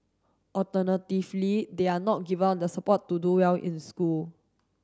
alternatively they are not given the support to do well in school